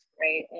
right